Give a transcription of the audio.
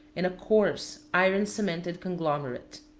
and a coarse, iron-cemented conglomerate.